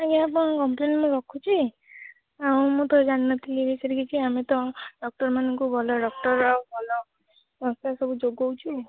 ଆଜ୍ଞା ଆପଣଙ୍କ କମ୍ପ୍ଲେନ୍ଟା ରଖୁଛି ଆଉ ମୁଁ ତ ଜାଣି ନ ଥିଲି ଏଇ ବିଷୟରେ କିଛି ଆମେ ତ ଡକ୍ଟରମାନଙ୍କୁ ଭଲ ଡକ୍ଟର ଭଲ ସଂସ୍ଥା ସବୁ ଯୋଗଉଛୁ